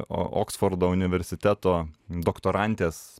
o oksfordo universiteto doktorantės